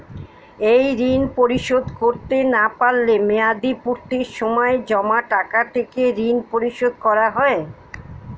এই ঋণ পরিশোধ করতে না পারলে মেয়াদপূর্তির সময় জমা টাকা থেকে ঋণ পরিশোধ করা হয়?